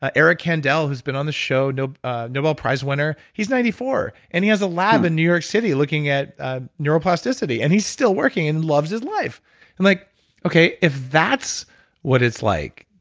ah eric kandel, who's been on the show, nobel ah nobel prize winner, he's ninety four, and he has a lab in new york city looking at ah neuroplasticity, and he's still working and loves his life i'm like okay, if that's what it's like,